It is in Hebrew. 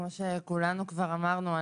כמו שכולנו כבר אמרנו,